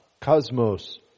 Cosmos